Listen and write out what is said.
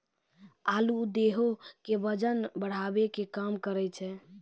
आलू देहो के बजन बढ़ावै के काम करै छै